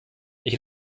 ich